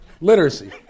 literacy